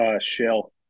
Shell